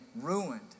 ruined